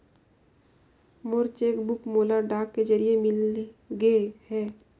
मोर cheque book मोला डाक के जरिए मिलगे हे